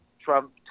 Trump